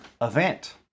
event